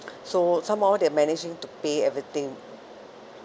so some more they're managing to pay everything